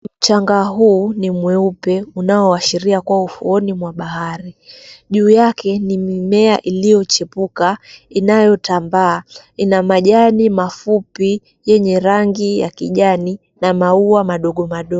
Mchanga huu ni mweupe unaoashiria kuwa ufuoni mwa bahari. Juu yake ni mimea iliochipuka inayotambaa. Ina majani mafupi yenye rangi ya kijani na maua madogo madogo.